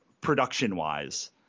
production-wise